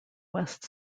west